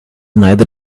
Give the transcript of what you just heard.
neither